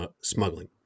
smuggling